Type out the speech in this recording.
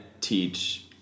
teach